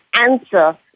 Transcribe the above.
answer